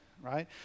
right